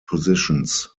positions